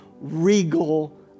regal